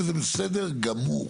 וזה בסדר גמור.